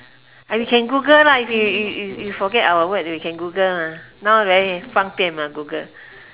and we can google lah if we we we if forget our what we can google lah now very 方便 mah google